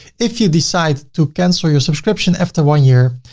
if you decide to cancel your subscription after one year,